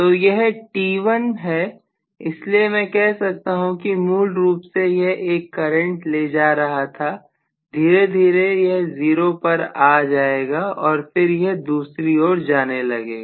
तो यह t1 है इसलिए मैं कह सकता हूं कि मूल रूप से यह एक करंट ले रहा था धीरे धीरे यह 0 पर आ जाएगा और फिर यह दूसरी ओर जाने लगेगा